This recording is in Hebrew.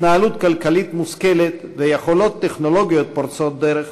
התנהלות כלכלית מושכלת ויכולות טכנולוגיות פורצות דרך,